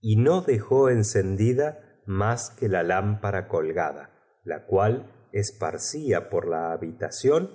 y no dejó encendida más que la lámpara colgada la cual esparcía por la habitación